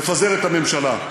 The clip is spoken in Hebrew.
לפזר את הממשלה.